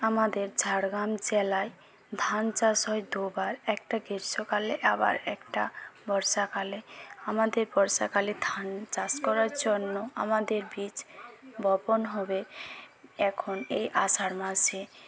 আমাদের ঝাড়গ্রাম জেলায় ধান চাষ হয় দুবার একটা গ্রীষ্মকালে আবার একটা বর্ষাকালে আমাদের বর্ষাকালের ধান চাষ করার জন্য আমাদের বীজ বপন হবে এখন এই আষাঢ় মাসে